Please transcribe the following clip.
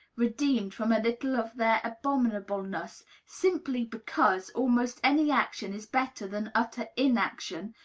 redeemed from a little of their abominableness simply because almost any action is better than utter inaction,